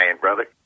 brother